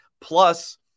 plus